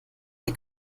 der